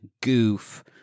goof